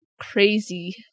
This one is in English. crazy